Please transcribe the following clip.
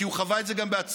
כי הוא חווה את זה גם בעצמו.